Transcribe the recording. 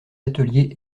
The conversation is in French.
ateliers